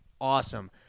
Awesome